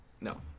No